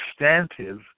substantive